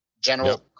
general